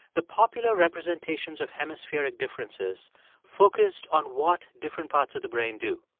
the popular representations of hemispheric differences focused on what different parts of the brain do.